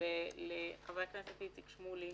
תודה לחבר הכנסת איציק שמולי